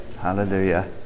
Hallelujah